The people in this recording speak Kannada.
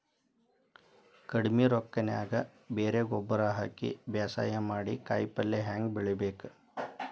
ಕಡಿಮಿ ರೊಕ್ಕನ್ಯಾಗ ಬರೇ ಗೊಬ್ಬರ ಹಾಕಿ ಬೇಸಾಯ ಮಾಡಿ, ಕಾಯಿಪಲ್ಯ ಹ್ಯಾಂಗ್ ಬೆಳಿಬೇಕ್?